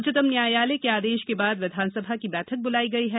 उच्चतम न्यायालय के आदेश के बाद विधानसभा की बैठक बुलाई गई है